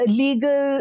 legal